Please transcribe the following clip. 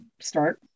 start